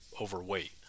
overweight